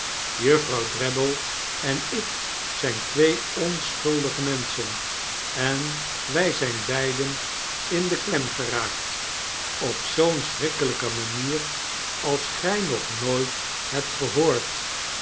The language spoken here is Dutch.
juffrouw drabble en ik zyn twee onschuldige menschen en wij zyn beiden in de klem geraakt op zoo'n schrikkelyke manier als gy nog nooit hebt gehoord